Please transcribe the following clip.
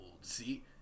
see